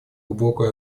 глубокую